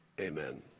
amen